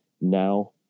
now